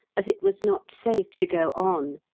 as it was not safe to go on.